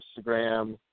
Instagram